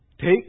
take